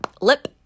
lip